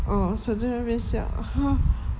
ah 小舅在那边笑